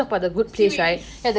series